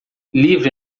livre